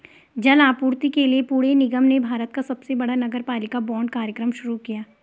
जल आपूर्ति के लिए पुणे निगम ने भारत का सबसे बड़ा नगरपालिका बांड कार्यक्रम शुरू किया